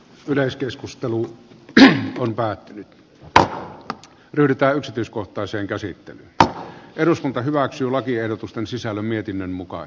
yleiskeskustelu on päättynyt mutta yritä yksityiskohtaisen käsitteen alla eduskunta hyväksyy lakiehdotusten sisällön mietinnön mukaan